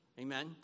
Amen